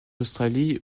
australie